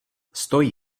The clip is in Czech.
stojí